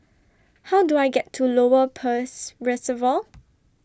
How Do I get to Lower Peirce Reservoir